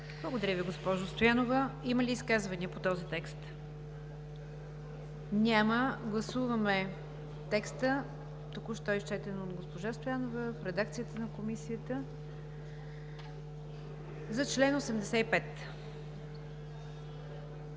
Благодаря Ви, госпожо Стоянова. Има ли изказвания по този текст? Няма. Гласуваме текста току-що изчетен от госпожа Стоянова в редакцията на Комисията за чл. 85.